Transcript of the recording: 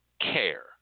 care